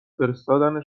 فرستادن